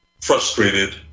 frustrated